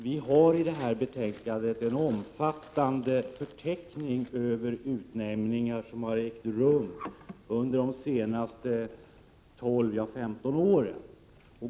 Fru talman! Vi har i betänkandet en omfattande förteckning över utnämningar som har ägt rum under de senaste 12-15 åren.